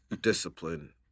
discipline